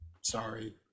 sorry